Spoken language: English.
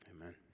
Amen